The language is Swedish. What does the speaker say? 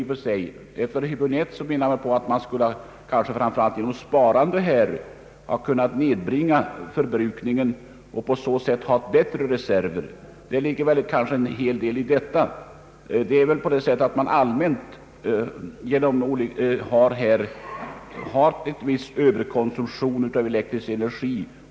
Herr Häbinette menade att man framför allt genom elsparande hade kunnat nedbringa förbrukningen och därigenom haft större reserver. Det ligger kanske en del i detta. Allmänt sett har det väl i vårt land förekommit en viss överkonsumtion av elektrisk energi.